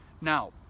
Now